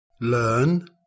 learn